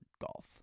golf